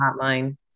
hotline